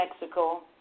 Mexico